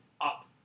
up